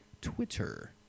Twitter